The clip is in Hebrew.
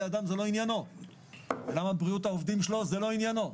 אדם זה לא עניינו ולמה בריאות העובדים שלו זה לא עניינו.